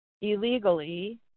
illegally